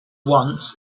once